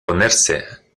ponerse